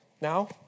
Now